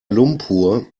lumpur